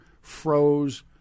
froze